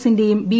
എസിന്റെയും B